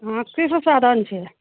हाँ की सभ साधन छै